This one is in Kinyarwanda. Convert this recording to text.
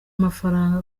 amafaranga